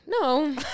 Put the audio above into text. No